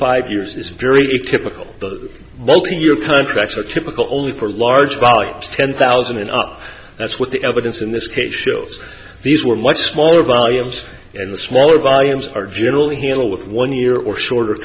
five years is very typical the multi year contracts are typical only for large volumes ten thousand and up that's what the evidence in this case shows these were much smaller volumes in the smaller viands are generally handle with one year or shorter